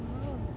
oh